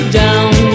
down